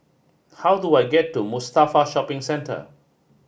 how do I get to Mustafa Shopping Centre